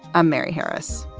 i'm mary harris.